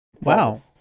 Wow